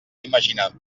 imaginar